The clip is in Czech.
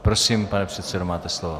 Prosím, pane předsedo, máte slovo.